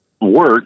work